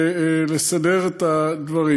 ולסדר את הדברים.